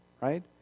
right